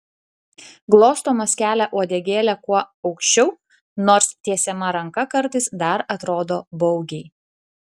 glostomas kelia uodegėlę kuo aukščiau nors tiesiama ranka kartais dar atrodo baugiai